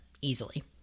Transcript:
easily